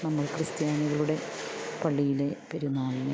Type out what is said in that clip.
നമ്മൾ ക്രിസ്ത്യാനികളുടെ പള്ളിയിലെ പെരുന്നാളിന്